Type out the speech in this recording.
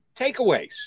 takeaways